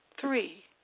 Three